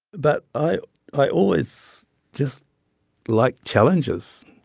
but i i always just like challenges.